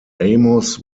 amos